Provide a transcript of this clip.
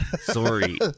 Sorry